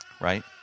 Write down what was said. right